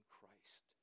Christ